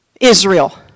Israel